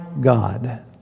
God